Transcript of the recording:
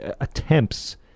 attempts